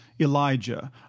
Elijah